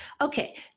okay